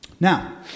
Now